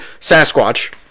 Sasquatch